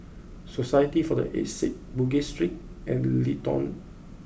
society for the Aged Sick Bugis Street and Leedon